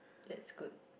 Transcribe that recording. that's good